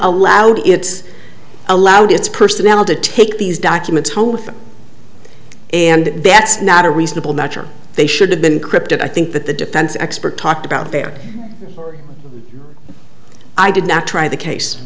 allowed it's allowed its personnel to take these documents home with them and that's not a reasonable match or they should have been cryptic i think that the defense expert talked about there i did not try the case